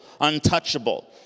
untouchable